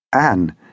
Anne